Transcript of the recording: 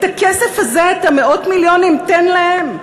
את הכסף הזה, את מאות המיליונים, תן להם.